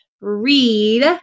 read